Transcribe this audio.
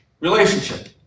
Relationship